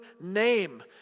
name